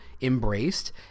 embraced